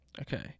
okay